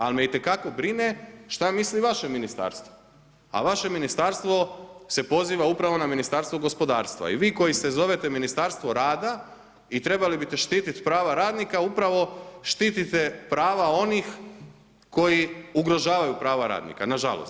Ali me itekako brine što misli vaše ministarstvo, a vaše ministarstvo se poziva upravo na Ministarstvo gospodarstva i vi koji se zovete Ministarstvo rada i trebali bi ste štitit prava radnika upravo štitite prava onih koji ugrožavaju prava radnika, na žalost.